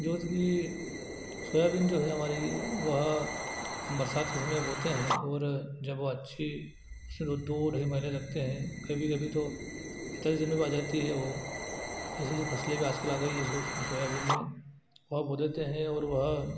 जोत ली सोयाबीन जो हमारे वह हम बरसात के समय बोते हैं और जब वह अच्छी सी उसमें दो ढाई महीने लगते हैं कभी कभी तो पैंतालीस दिनों में आ जाती है वह ऐसे ऐसे फसलें भी आजकल आ गई हैं उसमें सोयाबीन में और बो देते हैं और वह